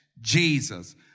Jesus